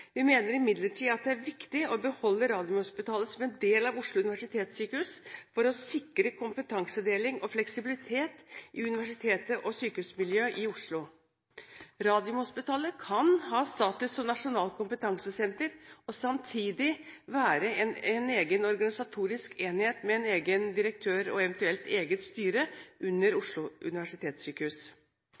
Vi mener imidlertid at det er viktig å beholde Radiumhospitalet som en del av Oslo universitetssykehus for å sikre kompetansedeling og fleksibilitet i universitets- og sykehusmiljøet i Oslo. Radiumhospitalet kan ha status som nasjonalt kompetansesenter og samtidig være en egen organisatorisk enhet med egen direktør og evt. eget styre under Oslo universitetssykehus.